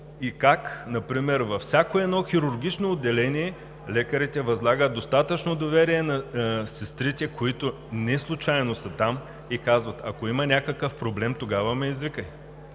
и как например във всяко едно хирургично отделение лекарите възлагат достатъчно доверие на сестрите, които неслучайно са там, и казват: ако има някакъв проблем, тогава ме извикай.